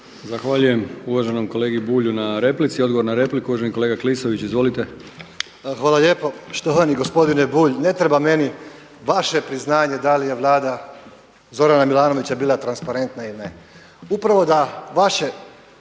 Zahvaljujem uvaženom kolegi Bulju na replici. Odgovor na repliku uvaženi kolega Kovač. Izvolite!